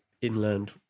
inland